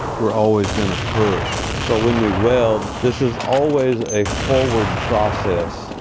we're always gonna push. so when we weld this is always a forward process.